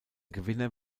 gewinner